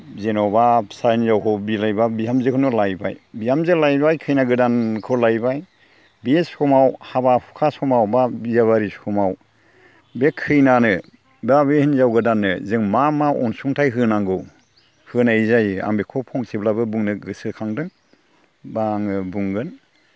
जेन'बा फिसा हिनजावखौ बिलाइबा बिहामजोखौनो लायबाय बिहामजो लायबाय खैना गोदानखौ लायबाय बियो समाव हाबा हुखा समाव एबा बिया बारि समाव बे खैनानो दा बे हिनजाव गोदाननो जों मा मा अनसुंथाइ होनांगौ होनाय जायो आं बेखौ फंसेब्लाबो बुंनो गोसोखांदों एबा आङो बुंगोन